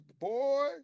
boy